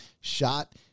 shot